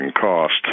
cost